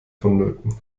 vonnöten